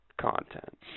content